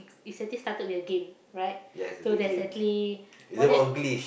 is actually started with a game right so that's actually what that